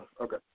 Okay